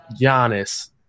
Giannis